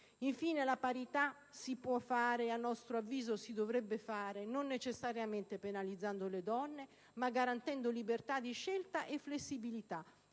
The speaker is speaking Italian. Infine, la parità si può fare, a nostro avviso, e si dovrebbe fare non necessariamente penalizzando le donne, ma garantendo libertà di scelta e flessibilità